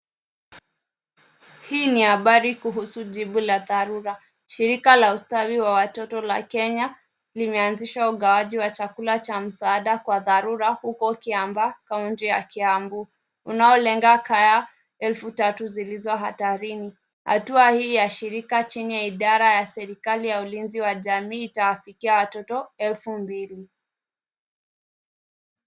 Hii ni habari kuhusu jibu la dharura, shirika la ustawi wa watoto la Kenya limeanzisha ugawaji wa chakula cha msaada kwa dharura huko Kiabaa kaunti ya Kiambu, unaolenga kaya elfu tatu zilizo hatarini, hatua hii ya shirika chini ya idara ya serikali ya ulinzi wa jamii itawafikia watoto elfu mbili.